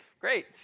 Great